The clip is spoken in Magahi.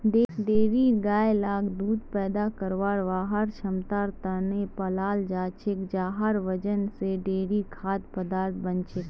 डेयरी गाय लाक दूध पैदा करवार वहार क्षमतार त न पालाल जा छेक जहार वजह से डेयरी खाद्य पदार्थ बन छेक